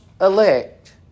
elect